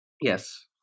Yes